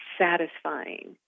satisfying